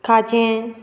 खाजें